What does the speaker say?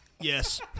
Yes